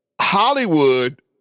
Hollywood